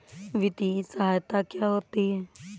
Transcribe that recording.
वित्तीय सहायता क्या होती है?